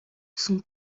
son